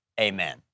Amen